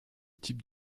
type